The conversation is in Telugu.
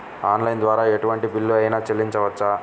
ఆన్లైన్ ద్వారా ఎటువంటి బిల్లు అయినా చెల్లించవచ్చా?